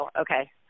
Okay